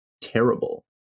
terrible